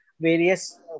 various